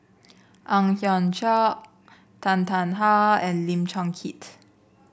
Ang Hiong Chiok Tan Tarn How and Lim Chong Keat